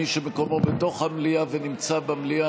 מי שנמצא למעלה או מי שמקומו בתוך המליאה ונמצא במליאה,